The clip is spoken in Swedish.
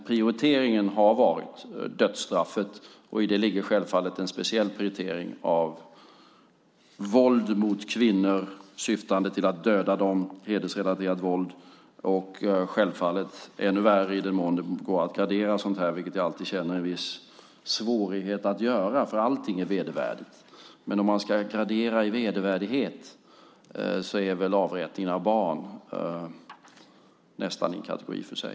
Prioriteringen har dock varit dödsstraffet, och i det ligger självfallet en speciell prioritering av våld mot kvinnor syftande till att döda dem, hedersrelaterat våld och självklart avrättning av barn. Det sistnämnda är ännu värre i den mån det går att gradera sådant här, vilket jag alltid känner en viss svårighet att göra, för allting är vedervärdigt. Men om man ska gradera i vedervärdighet är väl avrättningen av barn nästan i en kategori för sig.